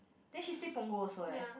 then she stay Punggol also eh